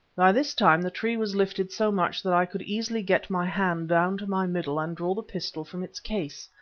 by this time the tree was lifted so much that i could easily get my hand down to my middle and draw the pistol from its case.